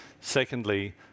Secondly